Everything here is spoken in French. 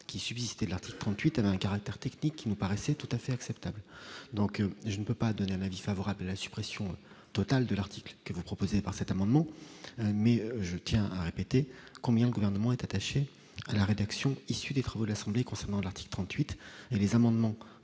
qui subsistent, l'article 38 un caractère technique qui nous paraissait tout à fait acceptable, donc je ne peux pas donner un avis favorable à la suppression totale de l'article que vous proposez par cet amendement, mais je tiens à répéter combien gouvernement est attaché à la rédaction issue des travaux de l'Assemblée concernant l'article 38 les amendements